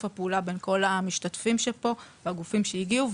הפעולה בין כל המשתתפים שפה והגופים שהגיעו.